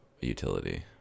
utility